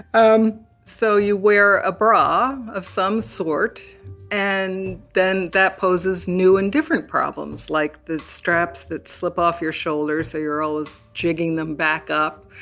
um so you wear a bra of some sort and then that poses new and different problems like the straps that slip off your shoulders so you're always jigging them back up.